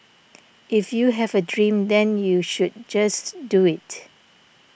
if you have a dream then you should just do it